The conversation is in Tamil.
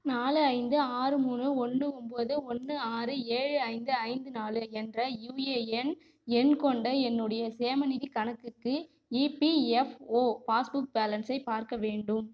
நாலு ஐந்து ஆறு மூணு ஒன்று ஒன்பது ஒன்று ஆறு ஏழு ஐந்து ஐந்து நாலு என்ற யுஏஎன் எண் கொண்ட என்னுடைய சேமநிதி கணக்குக்கு இபிஎஃப்ஓ பாஸ்புக் பேலன்ஸை பார்க்க வேண்டும்